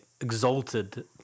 exalted